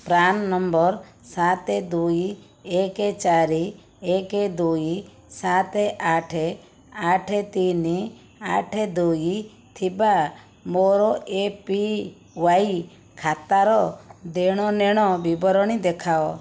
PRAN number ସାତ ଦୁଇ ଏକ ଚାରି ଏକ ଦୁଇ ସାତ ଆଠ ଆଠ ତିନି ଆଠ ଦୁଇ ଥିବା ମୋର ଏ ପି ୱାଇ ଖାତାର ଦେଣ ନେଣ ବିବରଣୀ ଦେଖାଅ